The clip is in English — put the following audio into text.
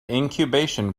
incubation